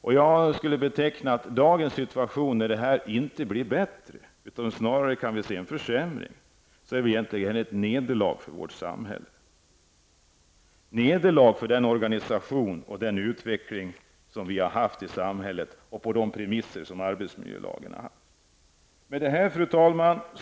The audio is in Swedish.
Och jag skulle vilja beteckna att detta i dagens situation inte blir bättre utan att vi snarare kan se en försämring, vilket egentligen är ett nederlag för vårt samhälle och ett nederlag för den organisation och den utveckling som vi har haft i samhället samt för arbetsmiljölagen och dess premisser. Fru talman!